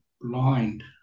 blind